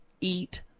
eat